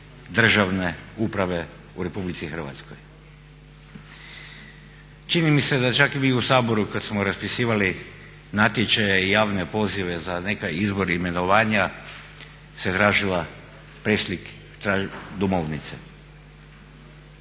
državne uprave u Republici Hrvatskoj. Čini mi se da čak i vi u Saboru kad smo raspisivali natječaje i javne pozive za neka izbor i imenovanja se tražila preslik domovnice.